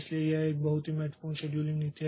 इसलिए यह एक बहुत ही महत्वपूर्ण शेड्यूलिंग नीति है